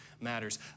matters